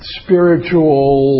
spiritual